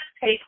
take